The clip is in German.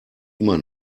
immer